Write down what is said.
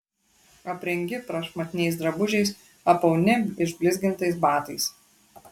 aprengi prašmatniais drabužiais apauni išblizgintais batais